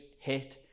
hit